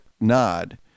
nod